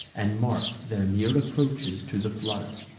and mark'd their near approaches to the flood.